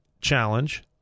challenge